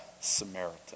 Samaritan